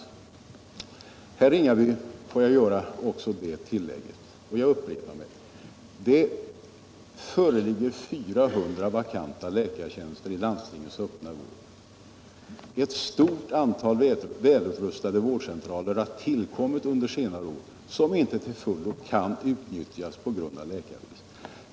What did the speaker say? Får jag, herr Ringaby, också göra det tillägget att vi har 400 vakanta läkartjänster i landstingens öppna vård och att det under senare år har tillkommit ett stort antal välutrustade vårdcentraler, som inte till fullo kan utnyttjas på grund av läkarbrist.